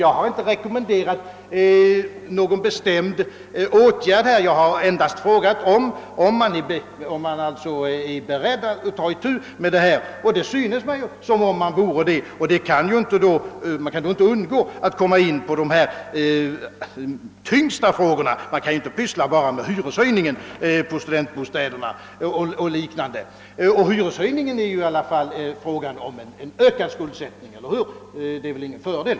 Jag har inte rekommenderat någon bestämd åtgärd härvidlag. Jag har endast frågat, om man är beredd att ta itu med detta problem. Det synes som om man vore det, och då kan man inte undgå att också zomma in på de tyngsta frågorna. Man kan ju inte bara syssla med hyreshöjningen på studentbostäderna och liknande. Och hyreshöjningen är ju ändå detsamma som en ökad skuldsättning — eller hur? Den är ju ingen fördel.